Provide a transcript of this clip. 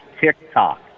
TikTok